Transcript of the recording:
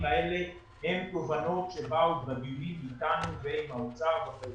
האלה הם תובנות שבאו בדיונים אתנו ועם האוצר.